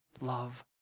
love